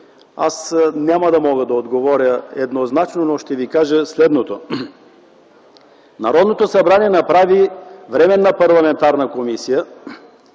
аз няма да мога да отговоря еднозначно, но ще Ви кажа следното. Народното събрание направи временна парламентарна комисия,